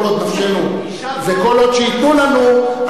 כל עוד נפשנו וכל עוד שייתנו לנו,